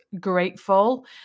grateful